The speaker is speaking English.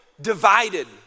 divided